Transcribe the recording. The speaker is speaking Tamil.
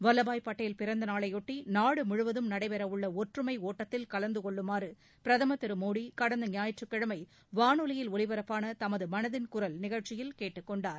வல்லபாய் பட்டேல் பிறந்த நாளையொட்டி நாடு முழுவதும் நடைபெற உள்ள ஒற்றுமை ஒட்டத்தில் கலந்துகொள்ளுமாறு பிரதமர் திரு மோடி கடந்த ஞாயிற்றுக்கிழமை வானொலியில் ஒலிபரப்பான தமது மனதின் குரல் நிகழ்ச்சியில் கேட்டுக்கொண்டிருந்தார்